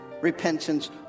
repentance